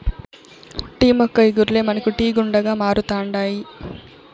tea మొక్క ఇగుర్లే మనకు టీ గుండగా మారుతండాయి